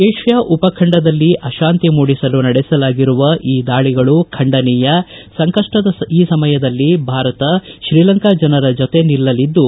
Asia ಉಪಖಂಡದಲ್ಲಿ ಅತಾಂತಿ ಮೂಡಿಸಲು ನಡೆಸಲಾಗಿರುವ ಈ ದಾಳಿಗಳು ಖಂಡನೀಯ ಸಂಕಪ್ಪದ ಈ ಸಮಯದಲ್ಲಿ ಭಾರತ ಶ್ರೀಲಂಕಾ ಜನರ ಜತೆ ನಿಲ್ಲಲಿದ್ದು